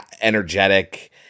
energetic